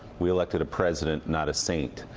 we elected a president, not a saint,